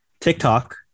TikTok